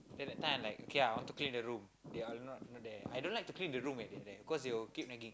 then that time I like okay I want to clean the room they are not not there I don't like to clean the room when they're there cause you will keep nagging